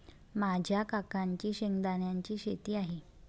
माझ्या काकांची शेंगदाण्याची शेती आहे